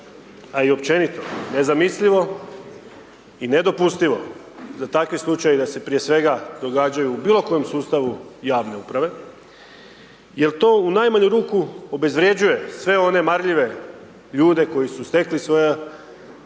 a i općenito nezamislivo i nedopustivo da takvi slučajevi, da se prije svega događaju u bilokojem sustavu javne uprave jer to u najmanju ruku obezvrjeđuje sve one marljive ljude koji su stekli svoja